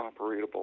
operatable